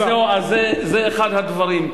זה אחד הדברים.